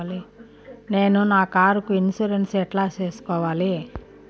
నేను నా కారుకు ఇన్సూరెన్సు ఎట్లా సేసుకోవాలి